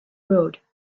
road